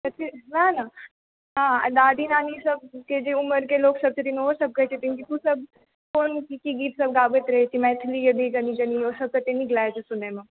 ओएह ने दादी नानी सभके जे उमरके लोकसभ छथिन ओहोसभ कहैत छथिन की तू सभ कोन की की गीतसभ गाबैत रहैत छी मैथिली यदि कनि कनि ओसभ कतेक नीक लागैत छै सुनैमे